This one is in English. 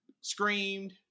screamed